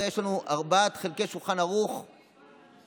הרי יש לנו ארבעה חלקי שולחן ערוך שכל